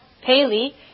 Paley